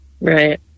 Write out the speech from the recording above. Right